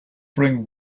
bring